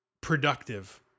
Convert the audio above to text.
productive